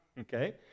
okay